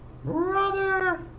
brother